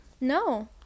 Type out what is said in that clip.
No